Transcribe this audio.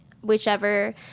whichever